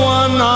one